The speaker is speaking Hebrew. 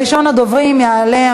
ראשון הדוברים יעלה,